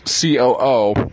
COO